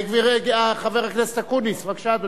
חבר הכנסת אקוניס, בבקשה.